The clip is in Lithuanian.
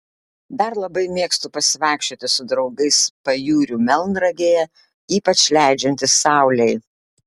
dar labai mėgstu pasivaikščioti su draugais pajūriu melnragėje ypač leidžiantis saulei